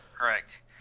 Correct